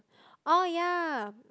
oh ya